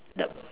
the